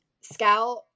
Scout